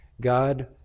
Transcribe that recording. God